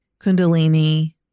kundalini